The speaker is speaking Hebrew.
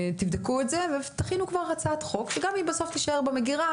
שתבדקו את זה ותכינו כבר הצעת חוק שגם אם היא בסוף תישאר במגירה,